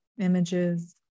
images